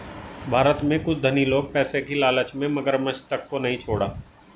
भारत में कुछ धनी लोग पैसे की लालच में मगरमच्छ तक को नहीं छोड़ा